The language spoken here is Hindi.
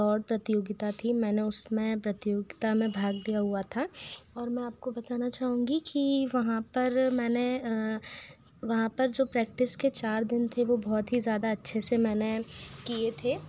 दौड़ प्रतियोगिता थी मैंने उसमें प्रतियोगिता में भाग लिया हुआ था और मैं आपको बताना चाहूँगी कि वहाँ पर मैंने वहाँ पर जो प्रैक्टिस के चार दिन थे वो बहुत ही ज़्यादा अच्छे से मैंने किये थे